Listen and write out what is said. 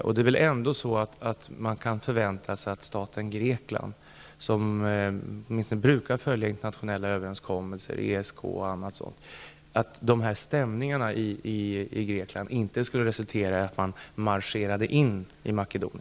Man kan väl ändå förvänta sig att staten Grekland, som åtminstone brukar följa internationella överenskommelser såsom t.ex. ESK, inte som ett resultat av dessa stämningar marscherar in i